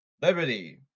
Liberty